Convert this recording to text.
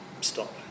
stop